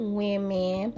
women